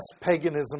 paganism